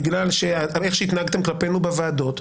בגלל איך שהתנהגתם כלפינו בוועדות,